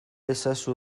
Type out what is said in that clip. ezazu